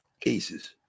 cases